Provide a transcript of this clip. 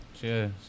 Cheers